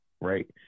right